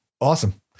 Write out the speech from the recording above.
Awesome